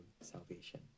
salvation